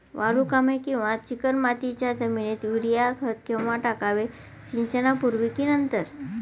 वालुकामय किंवा चिकणमातीच्या जमिनीत युरिया खत केव्हा टाकावे, सिंचनापूर्वी की नंतर?